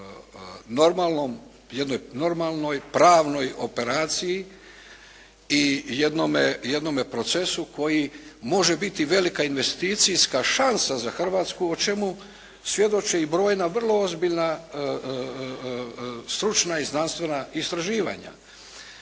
normalnoj pravnoj operaciji i jednome procesu koji može biti velika investicijska šansa za Hrvatsku o čemu svjedoče i brojna vrlo ozbiljna stručna i znanstvena istraživanja.